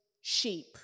sheep